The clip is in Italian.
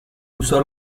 usò